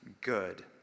good